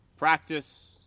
Practice